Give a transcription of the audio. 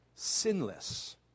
Sinless